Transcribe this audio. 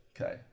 Okay